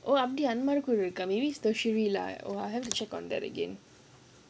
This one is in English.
oh அதுல:adhula maybe it's tertiary lah oh I'll have to check on that again